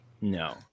No